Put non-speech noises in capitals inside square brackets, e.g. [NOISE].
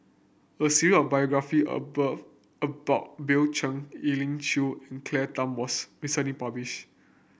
a [UNINTELLIGIBLE] of biography above about Bill Chen Elim Chew and Claire Tham was recently published